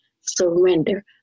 Surrender